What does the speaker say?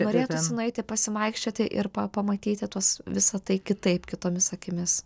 norėtųsi nueiti pasivaikščioti ir pa pamatyti tuos visa tai kitaip kitomis akimis